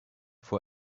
for